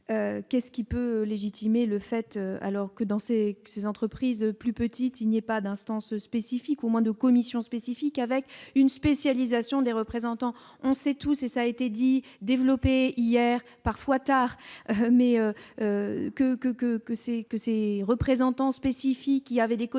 qu'est-ce qui peut légitimer le fait, alors que dans ces que ces entreprises plus petites, il n'y a pas d'instance spécifique au moins de commissions spécifique avec une spécialisation des représentants on sait tous, et ça a été dit développé hier parfois tard mais que que que que c'est que ces représentants spécifiques, il y avait des connaissances